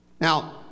now